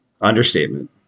Understatement